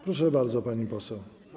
Proszę bardzo, pani poseł.